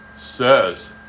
says